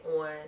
on